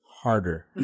harder